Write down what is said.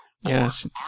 Yes